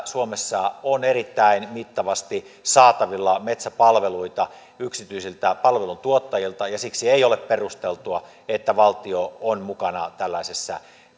suomessa on erittäin mittavasti saatavilla metsäpalveluita yksityisiltä palveluntuottajilta ja siksi ei ole perusteltua että valtio on mukana tällaisessa